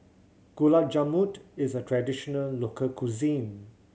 Gulab is a traditional local cuisine